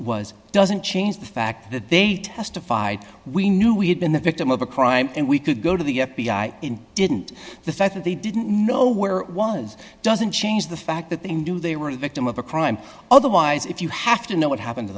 was doesn't change the fact that they testified we knew we had been the victim of a crime and we could go to the f b i did the fact that they didn't know where it was doesn't change the fact that they knew they were the victim of a crime otherwise if you have to know what happened to